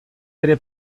bere